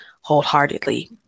wholeheartedly